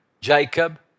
Jacob